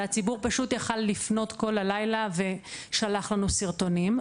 והציבור פשוט יכל לפנות כל הלילה ושלח לנו סרטונים.